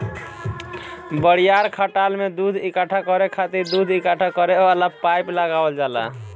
बड़ियार खटाल में दूध इकट्ठा करे खातिर दूध इकट्ठा करे वाला पाइप लगावल जाला